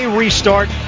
restart